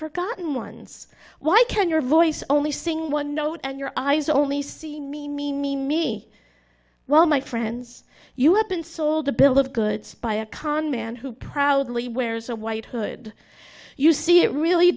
forgotten ones why can your voice only sing one note and your eyes only see me me me me well my friends you have been sold a bill of goods by a con man who proudly wears a white hood you see it really